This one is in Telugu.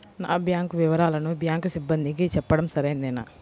నా బ్యాంకు వివరాలను బ్యాంకు సిబ్బందికి చెప్పడం సరైందేనా?